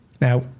Now